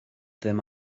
ddim